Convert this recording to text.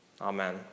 Amen